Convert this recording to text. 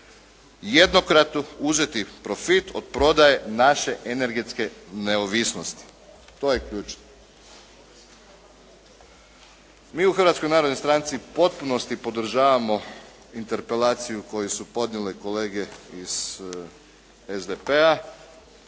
jednokratno uzeti profit od prodaje naše energetske neovisnosti. To je ključ. Mi u Hrvatskoj narodnoj stranci u potpunosti podržavamo interpelaciju koju su podnijele kolege iz SDP-a